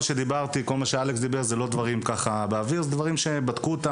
שאמרתי וכל מה שאמר אלכס הם לא דברים באוויר אלא מגובים בנתונים שנבדקו.